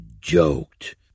joked